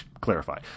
clarify